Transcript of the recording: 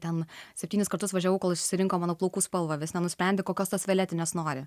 ten septynis kartus važiavau kol išsirinko mano plaukų spalva vis nenusprendė kokios tos velvetinės nori